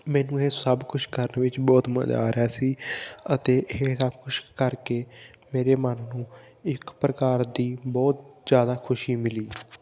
ਮੈਨੂੰ ਇਹ ਸਭ ਕੁਛ ਕਰਨ ਵਿੱਚ ਬਹੁਤ ਮਜ਼ਾ ਆ ਰਿਹਾ ਸੀ ਅਤੇ ਇਹ ਸਭ ਕੁਛ ਕਰਕੇ ਮੇਰੇ ਮਨ ਨੂੰ ਇੱਕ ਪ੍ਰਕਾਰ ਦੀ ਬਹੁਤ ਜ਼ਿਆਦਾ ਖੁਸ਼ੀ ਮਿਲੀ